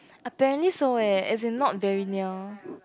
apparently so eh as in not very near